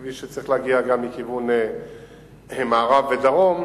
מי שצריך להגיע, גם מכיוון מערב ודרום,